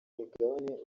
migabane